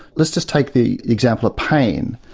let's just take the example of pain.